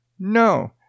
No